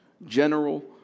General